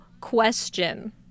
question